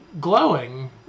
Glowing